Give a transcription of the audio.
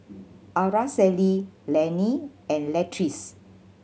Araceli Lenny and Latrice